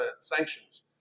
sanctions